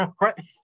Right